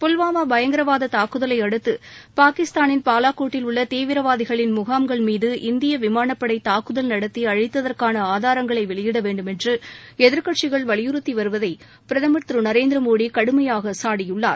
புல்வாமா பயங்கரவாத தூக்குதலை அடுத்து பாகிஸ்தானின் பால்கோட்டில் உள்ள தீவிரவாதிகளின் முகாம்கள் மீது இந்திய விமாளப் படை தாக்குதல் நடத்தி அழித்தற்காள ஆதாரங்களை வெளியிட வேண்டுமென்று எதிர்கட்சிகள் வலியுறுத்தி வருவதை பிரதமர் திரு நரேந்திர மோடி கடுமையாக சாடினார்